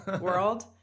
world